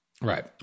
Right